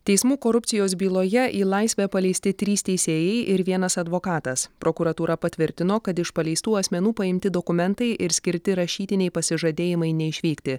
teismų korupcijos byloje į laisvę paleisti trys teisėjai ir vienas advokatas prokuratūra patvirtino kad iš paleistų asmenų paimti dokumentai ir skirti rašytiniai pasižadėjimai neišvykti